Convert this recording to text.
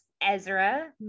Ezra